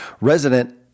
resident